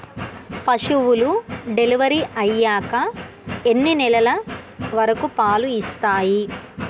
పశువులు డెలివరీ అయ్యాక ఎన్ని నెలల వరకు పాలు ఇస్తాయి?